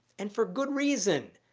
and for good reason!